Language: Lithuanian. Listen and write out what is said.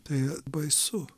tai baisu